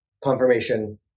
confirmation